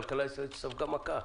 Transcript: את הכלכלה הישראלית שספגה מכה.